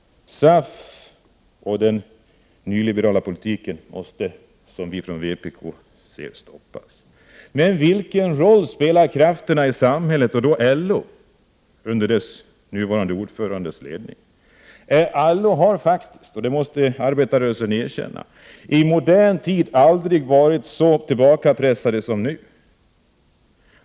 SAF och den nyliberala politiken måste stoppas, som vi från vpk ser det. Men vilken roll bland krafterna i samhället spelar LO under sin nuvarande ordförandes ledning? LO har faktiskt — det måste arbetarrörelsen erkänna —i modern tid aldrig varit så tillbakapressat som nu.